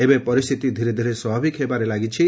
ଏବେ ପରିସ୍ଥିତି ଧୀରେଧୀରେ ସ୍ୱାଭାବିକ ହେବାରେ ଲାଗିଛି